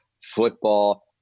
football